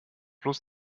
bloß